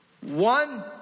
One